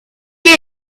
you